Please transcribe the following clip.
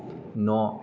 न'